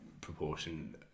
proportion